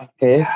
Okay